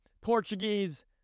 Portuguese